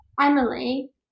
Emily